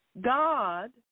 God